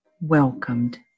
welcomed